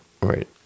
Right